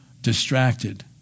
distracted